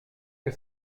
que